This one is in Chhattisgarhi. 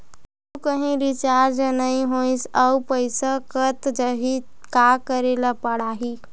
आऊ कहीं रिचार्ज नई होइस आऊ पईसा कत जहीं का करेला पढाही?